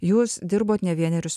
jūs dirbot ne vienerius